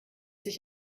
sich